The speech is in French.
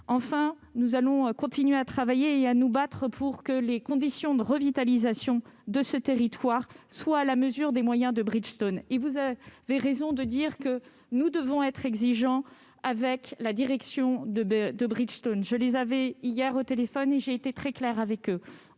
Enfin, nous allons continuer à travailler et à nous battre pour que les conditions de revitalisation de ce territoire soient à la mesure des moyens de Bridgestone. Vous avez raison de dire que nous devons être exigeants avec la direction de Bridgestone. J'ai été très claire avec ses